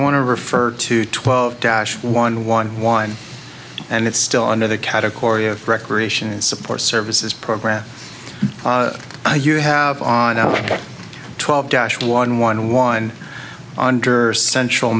to refer to twelve dash one one one and it's still under the category of recreation and support services program you have on our twelve dash one one one under central